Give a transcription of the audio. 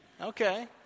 Okay